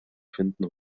finden